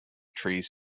trees